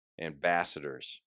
ambassadors